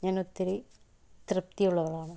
ഞാനൊത്തിരി തൃപ്തിയുള്ളവളാണ്